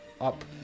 up